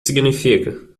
significa